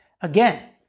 again